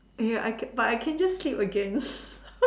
ya I can but I can just sleep again